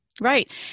Right